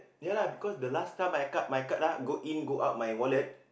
ya lah because the last time I cut my card lah go in go out my wallet